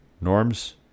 norms